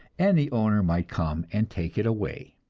and the owner might come and take it away.